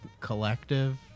collective